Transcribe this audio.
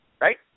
right